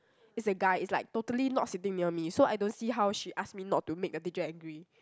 it's a guy is like totally not sitting near me so I don't see how she ask me not to make the teacher angry